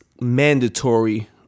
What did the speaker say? mandatory